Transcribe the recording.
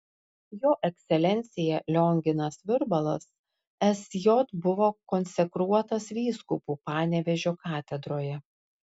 jo ekscelencija lionginas virbalas sj buvo konsekruotas vyskupu panevėžio katedroje